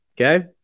Okay